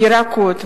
ירקות,